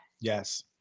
Yes